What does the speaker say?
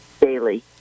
daily